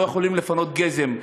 לא יכולים לפנות גזם,